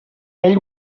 ell